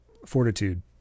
fortitude